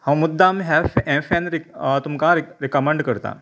हांव मुद्दाम हें फे हें फेन रि तुमकां रि रिकमेंड करतां